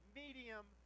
medium